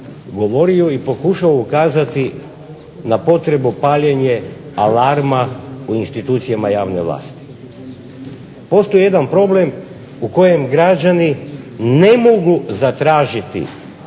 govorio i pokušao ukazati na potrebu paljenja alarma u institucijama javne vlasti. Postoji jedan problem u kojem građani ne mogu zatražiti